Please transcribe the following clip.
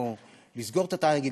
לסגור את התאגיד,